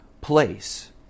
place